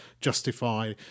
justify